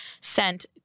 sent